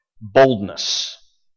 boldness